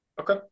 Okay